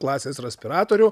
klasės respiratorių